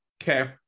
okay